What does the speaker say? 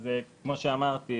אז כמו שאמרתי